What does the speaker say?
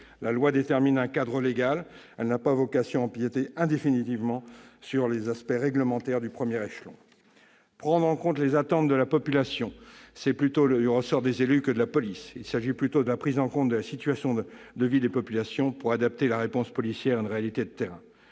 La loi détermine un cadre légal ; elle n'a pas vocation à empiéter indéfiniment sur les aspects réglementaires de premier échelon. Prendre « en compte les attentes de la population » est plutôt du ressort des élus que de la police. Il s'agit plutôt de prendre en compte la situation de vie des populations pour adapter la réponse policière à une réalité de terrain.